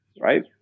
right